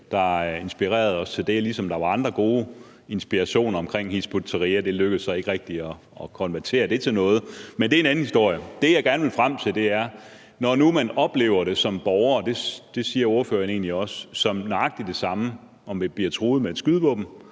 der inspirerede os til det, ligesom der var andre gode inspirationer omkring Hizb ut-Tahrir. Det lykkedes så ikke rigtigt at konvertere det til noget, men det er en anden historie. Det, jeg gerne vil frem til, er, om SF, når nu man som borger oplever det, og det siger ordføreren egentlig også, som nøjagtig det samme, om man bliver truet med et skydevåben,